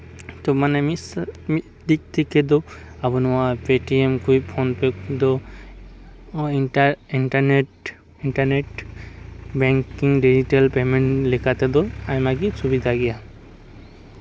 ᱛᱚ ᱢᱟᱱᱮ ᱢᱤᱥ ᱢᱤᱫ ᱫᱤᱠ ᱛᱷᱮᱠᱮ ᱫᱚ ᱟᱵᱚ ᱱᱚᱣᱟ ᱯᱮᱴᱤᱮᱢ ᱯᱮᱹ ᱯᱷᱳᱱ ᱯᱮᱹ ᱫᱚ ᱱᱚᱜᱼᱚᱭ ᱤᱱᱴᱟᱨᱱᱮᱴ ᱤᱱᱴᱟᱨᱱᱮᱴ ᱵᱮᱝᱠᱤᱝ ᱨᱮ ᱰᱤᱡᱤᱴᱟᱞ ᱯᱮᱢᱮᱱᱴ ᱞᱮᱠᱟ ᱛᱮᱫᱚ ᱟᱭᱢᱟ ᱜᱮ ᱥᱩᱵᱤᱫᱷᱟ ᱜᱮᱭᱟ